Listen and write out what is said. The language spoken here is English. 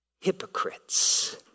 Hypocrites